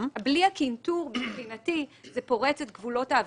--- בלי הקנטור מבחינתי זה פורץ את גבולות העבירות,